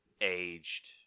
aged